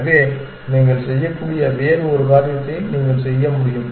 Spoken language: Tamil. எனவே நீங்கள் செய்யக்கூடிய வேறு ஒரு காரியத்தை நீங்கள் செய்ய முடியும்